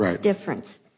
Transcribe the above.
difference